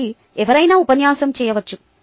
కాబట్టి ఎవరైనా ఉపన్యాసం చేయవచ్చు